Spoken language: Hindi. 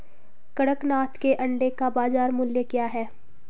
कड़कनाथ के अंडे का बाज़ार मूल्य क्या है?